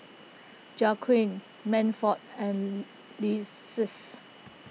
Jaquan Manford and Lexis